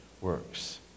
works